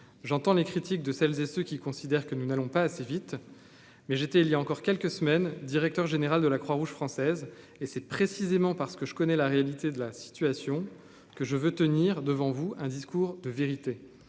j'entends les critiques de celles et ceux qui considèrent que nous n'allons pas assez vite, mais j'étais il y a encore quelques semaines, directeur général de la Croix-Rouge française et c'est précisément parce que je connais la réalité de la situation que je veux tenir devant vous un discours de vérité,